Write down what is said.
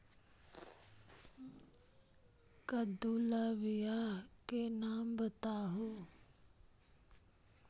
कददु ला बियाह के नाम बताहु?